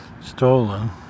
stolen